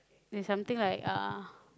is something like uh